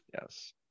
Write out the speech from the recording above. yes